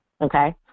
Okay